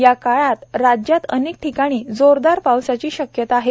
या काळात राज्यात अनेक ठिकाणी जोरदार पावसाची शक्यता आहे